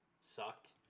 sucked